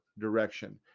direction